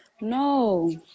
No